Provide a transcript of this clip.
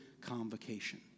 convocation